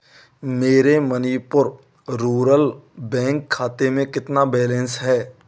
मेरे Manipur rural bank खाते में कितना बैलेंस है